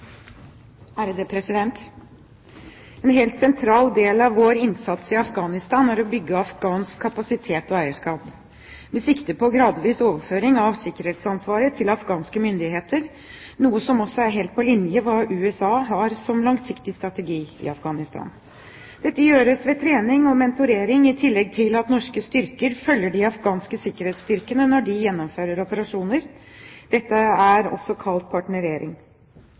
å bygge afghansk kapasitet og eierskap med sikte på gradvis overføring av sikkerhetsansvaret til afghanske myndigheter, noe som også er helt på linje med det USA har som langsiktig strategi i Afghanistan. Dette gjøres ved trening og mentorering, i tillegg til at norske styrker følger de afghanske sikkerhetsstyrkene når de gjennomfører operasjoner. Dette er også kalt partnering. I